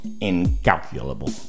incalculable